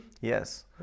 Yes